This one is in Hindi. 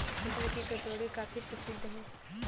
मटर की कचौड़ी काफी प्रसिद्ध है